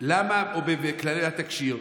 או בכללי התקשי"ר,